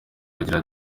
agira